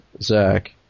Zach